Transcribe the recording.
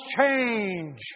change